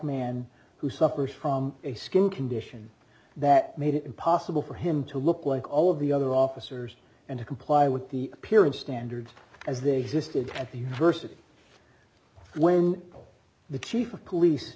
man who suffers from a skin condition that made it impossible for him to look like all of the other officers and to comply with the appearance standards as they exist at the university when the chief of police